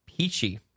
Peachy